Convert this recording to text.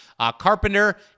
Carpenter